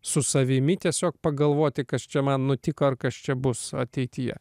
su savimi tiesiog pagalvoti kas čia man nutiko ar kas čia bus ateityje